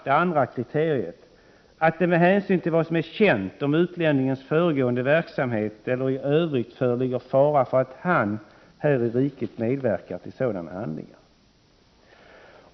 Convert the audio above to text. Det andra kriteriet är att det med hänsyn till vad som är känt om utlänningens föregående verksamhet eller i övrigt föreligger fara för att han här i riket medverkar till sådana handlingar.